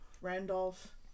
Randolph